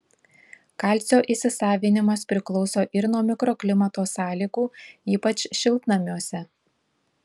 kalcio įsisavinimas priklauso ir nuo mikroklimato sąlygų ypač šiltnamiuose